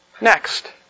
next